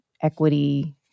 equity